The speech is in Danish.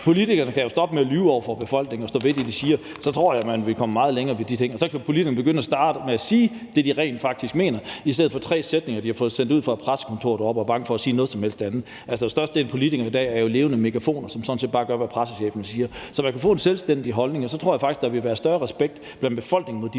Politikerne skal jo stoppe med at lyve over for befolkningen og stå ved det, de siger. Så tror jeg, man vil komme meget længere med de ting, og så kan politikerne begynde at starte med at sige det, de rent faktisk mener, i stedet for tre sætninger, de har fået sendt ud fra et pressekontor, og som de er bange for at sige noget som helst andet end. Størstedelen af politikerne i dag er jo levende megafoner, som sådan set bare gør, som pressechefen siger. Så hvis man fik en selvstændig holdning, tror jeg faktisk, der ville være større respekt blandt befolkningen over